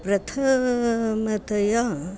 प्रथमतया